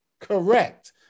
correct